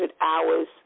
hours